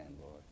Lord